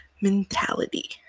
mentality